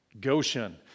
Goshen